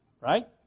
Right